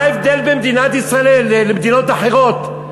מה ההבדל בין מדינת ישראל למדינות אחרות?